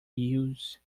use